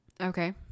Okay